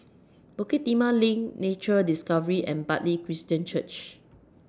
Bukit Timah LINK Nature Discovery and Bartley Christian Church